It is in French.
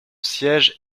siège